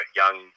young